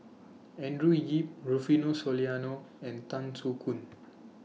Andrew Yip Rufino Soliano and Tan Soo Khoon